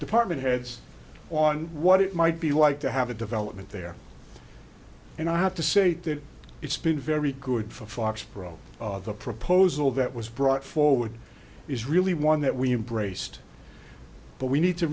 department heads on what it might be like to have a development there and i have to say that it's been very good for foxborough the proposal that was brought forward is really one that we embraced but we need to